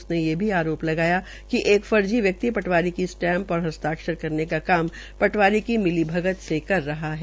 उसने ये भी एवज लगाया था कि एक फर्जी व्यक्तिकी स्टैम् और हस्ताक्ष करने का काम टवारी की मिलीभगत से कर रहा है